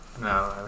No